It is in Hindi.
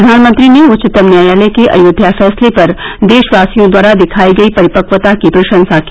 प्रधानमंत्री ने उच्चतम न्यायालय के अयोध्या फैसले पर देशवासियों द्वारा दिखाई गई परिपक्वता की प्रशंसा की